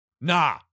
Nah